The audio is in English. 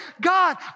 God